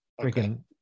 Freaking